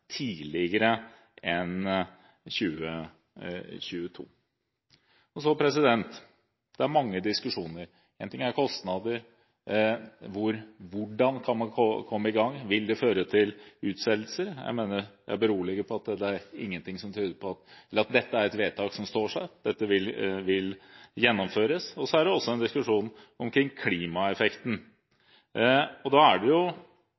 tidligere enn 2022. Det er mange diskusjoner. Én ting er kostnader. Hvordan kan man komme i gang? Vil det føre til utsettelser? Jeg er beroliget på at dette er et vedtak som står seg. Dette vil gjennomføres. Så er det også en diskusjon omkring klimaeffekten. Da er det